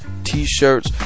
t-shirts